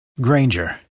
Granger